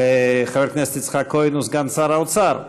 חבר הכנסת יצחק כהן הוא סגן שר האוצר.